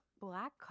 black